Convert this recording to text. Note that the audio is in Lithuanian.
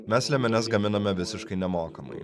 mes liemenes gaminame visiškai nemokamai